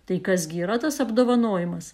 tai kas gi yra tas apdovanojimas